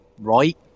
right